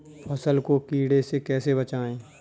फसल को कीड़े से कैसे बचाएँ?